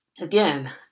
again